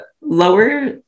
lower